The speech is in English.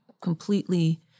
completely